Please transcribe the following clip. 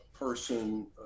person